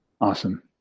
Awesome